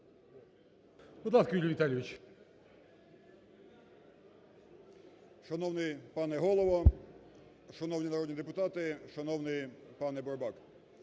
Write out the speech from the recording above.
Шановний пане Голово! Шановні народні депутати! Шановний пане Бурбак!